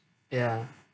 ya